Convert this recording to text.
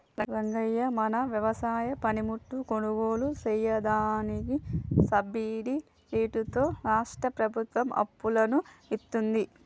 రంగయ్య మన వ్యవసాయ పనిముట్లు కొనుగోలు సెయ్యదానికి సబ్బిడి రేట్లతో రాష్ట్రా ప్రభుత్వం అప్పులను ఇత్తుంది